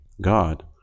God